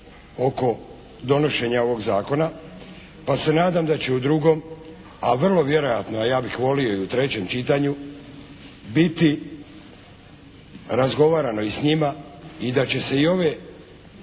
oko donošenja ovog zakona pa se nadam da će u drugom a vrlo vjerojatno a ja bih volio i u trećem čitanju biti razgovarano i s njima i da će se i ove